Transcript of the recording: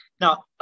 Now